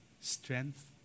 strength